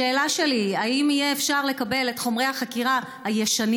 השאלה שלי: האם יהיה אפשר לקבל את חומרי החקירה הישנים,